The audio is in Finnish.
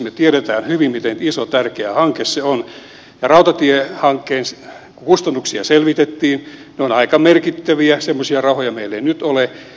me tiedämme hyvin miten iso tärkeä hanke se on ja rautatiehankkeen kustannuksia selvitettiin ne ovat aika merkittäviä semmoisia rahoja meillä ei nyt ole